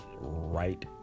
right